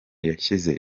yashyize